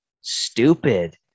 stupid